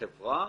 החברה